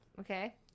okay